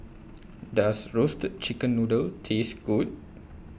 Does Roasted Chicken Noodle Taste Good